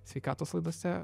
sveikatos laidose